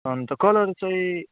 अन्त कलर चाहिँ